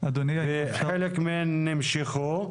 חלק מהן נשמעו.